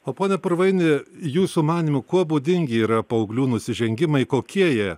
o pone purvaini jūsų manymu kuo būdingi yra paauglių nusižengimai kokie jie